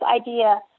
idea